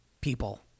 people